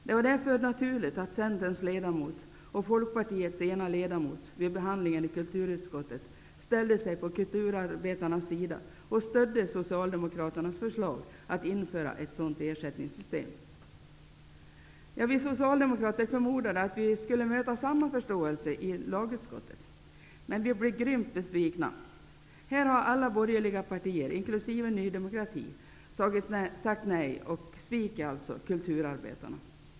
Det var därför naturligt att Centerns ledamot och Folkpartiets ena ledamot vid behandlingen i kulturutskottet ställde sig på kulturarbetarnas sida och stödde Vi socialdemokrater förmodade att vi skulle möta samma förståelse i lagutskottet, men vi blev grymt besvikna. Här har alla borgerliga partier, inkl. Ny demokrati, sagt nej. De sviker alltså kulturarbetarna.